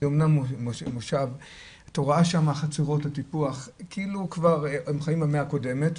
אפשר לראות שם חצרות, כאילו הם חיים במאה הקודמת.